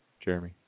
Jeremy